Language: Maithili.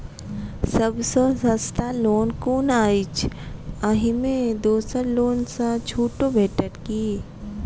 सब सँ सस्ता लोन कुन अछि अहि मे दोसर लोन सँ छुटो भेटत की?